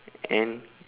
and